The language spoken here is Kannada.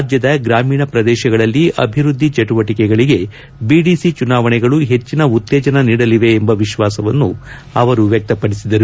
ರಾಜ್ಲದ ಗ್ರಾಮೀಣ ಪ್ರದೇಶಗಳಲ್ಲಿ ಅಭಿವ್ಯದ್ಲಿ ಚಟುವಟಕೆಗಳಗೆ ಬಿಡಿಸಿ ಚುನಾವಣೆಗಳು ಹೆಚ್ಚನ ಉತ್ತೇಜನ ನೀಡಲಿವೆ ಎಂಬ ವಿಶ್ವಾಸವನ್ನು ಅವರು ವ್ಲಕ್ತಪಡಿಸಿದರು